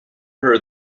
her